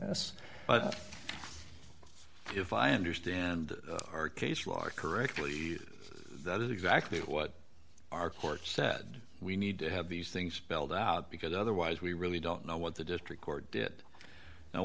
willfulness if i understand our case to our correctly that is exactly what our court said we need to have these things spelled out because otherwise we really don't know what the district court did and